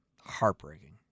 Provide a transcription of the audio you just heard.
heartbreaking